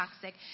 toxic